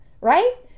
right